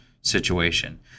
situation